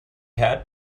had